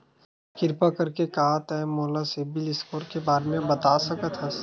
किरपा करके का तै मोला सीबिल स्कोर के बारे माँ बता सकथस?